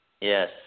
Yes